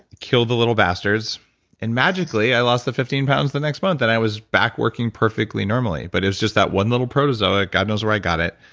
killed the little bastards and magically, i lost the fifteen pounds the next month. i was back working perfectly normally. but it was just that one little protozoa. god knows where i got it.